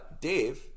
Dave